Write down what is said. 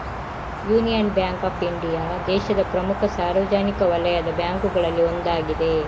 union Bank of India ದೇಶದ ಪ್ರಮುಖ ಸಾರ್ವಜನಿಕ ವಲಯದ ಬ್ಯಾಂಕುಗಳಲ್ಲಿ ಒಂದಾಗಿದೆ